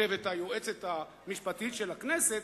כותבת היועצת המשפטית של הכנסת,